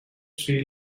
street